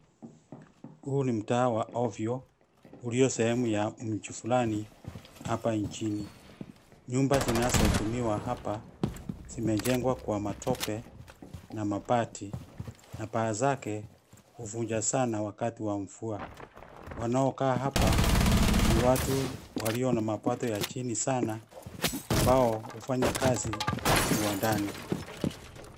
Huu ni mtaa wa ovyo, ulio sehemu ya mji fulani, hapa nchini. Nyumba zinazotumiwa hapa, zinajengwa kwa matope, na mabati, na paa zake, huvuja sana wakati wa mvua. Wanaokaa hapa, ni watu, walio na mapato ya chini sana, ambao, hufanya kazi, viwandani.